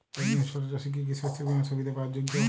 একজন ছোট চাষি কি কি শস্য বিমার সুবিধা পাওয়ার যোগ্য?